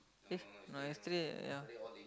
eh no yesterday yeah